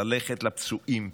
ללכת לפצועים,